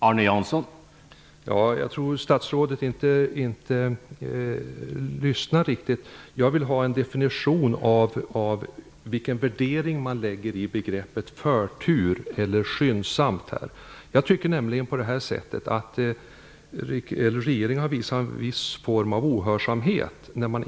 Herr talman! Jag tror att statsrådet inte lyss nade riktigt. Jag vill ha en definition av vilken vär dering man här lägger i begreppet förtur eller skyndsamt. Jag tycker nämligen att regeringen har visat en viss form av ohörsamhet.